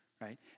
right